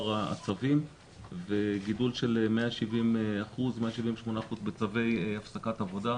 הצווים וגידול של 187% בצווי הפסקת עבודה.